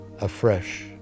afresh